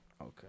Okay